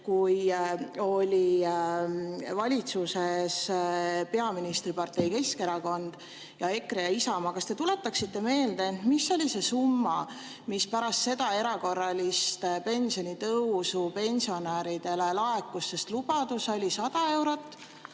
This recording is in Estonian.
kui valitsuses olid peaministripartei Keskerakond ning EKRE ja Isamaa. Kas te tuletaksite meelde, mis oli see summa, mis pärast seda erakorralist pensionitõusu pensionäridele laekus, sest lubadus oli 100 eurot,